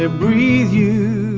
ah breathe you